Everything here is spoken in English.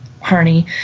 harney